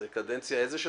זה קדנציה איזה שלך?